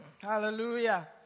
Hallelujah